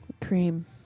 Cream